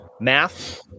math